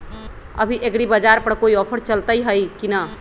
अभी एग्रीबाजार पर कोई ऑफर चलतई हई की न?